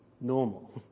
normal